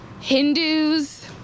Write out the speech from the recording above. hindus